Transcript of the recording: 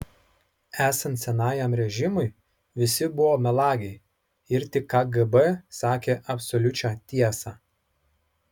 esant senajam režimui visi buvo melagiai ir tik kgb sakė absoliučią tiesą